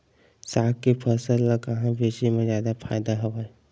साग के फसल ल कहां बेचे म जादा फ़ायदा हवय?